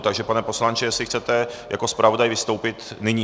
Takže pane poslanče, jestli chcete jako zpravodaj vystoupit nyní?